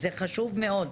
זה חשוב מאוד.